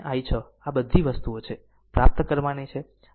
આમ આ i5 અને i6 આ બધી વસ્તુઓ છે પ્રાપ્ત કરવાની છે